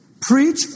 preach